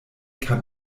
kann